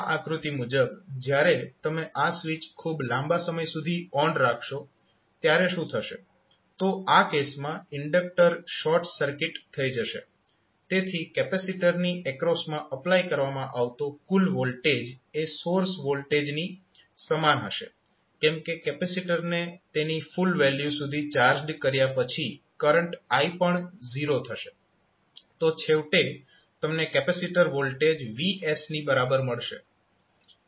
આ આકૃતિ મુજબ જ્યારે તમે આ સ્વિચ ખૂબ લાંબા સમય સુધી ઓન રાખશો ત્યારે શું થશે તો આ કેસમાં ઇન્ડક્ટર શોર્ટ સર્કિટ થઇ જશે તેથી કેપેસિટરની એક્રોસમાં એપ્લાય કરવામાં આવતો કુલ વોલ્ટેજ એ સોર્સ વોલ્ટેજની સમાન હશે કેમ કે કેપેસિટરને તેની ફુલ વેલ્યુ સુધી ચાર્જડ કર્યા પછી કરંટ i પણ 0 થશે તો છેવટે તમને કેપેસિટર વોલ્ટેજ VS ની બરાબર મળશે